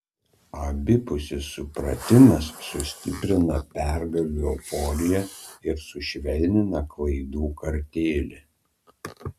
abipusis supratimas sustiprina pergalių euforiją ir sušvelnina klaidų kartėlį